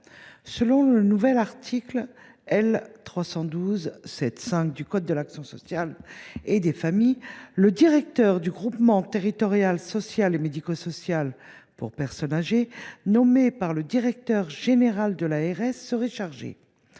Selon le nouvel article L. 312 7 5 du code de l’action sociale et des familles, le directeur du groupement territorial social et médico social pour personnes âgées, nommé par le directeur général de l’ARS, serait chargé